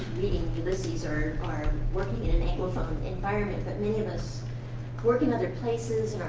ulysses are are working in an anglophone environment, but many of us work in other places,